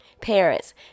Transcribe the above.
Parents